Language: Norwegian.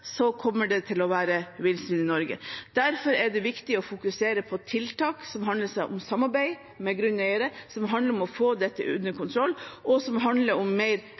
kommer det til å være villsvin i Norge. Derfor er det viktig å fokusere på tiltak som handler om samarbeid med grunneiere, som handler om å få dette under kontroll, og som handler om mer